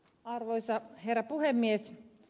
arvoisa herra puhemies